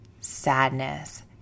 sadness